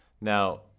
now